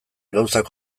gauzak